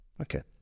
Okay